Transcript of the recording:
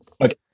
okay